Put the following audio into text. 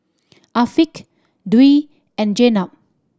Afiq Dwi and Jenab